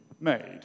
made